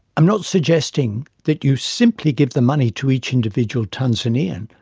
i am not suggesting that you simply give the money to each individual tanzanian,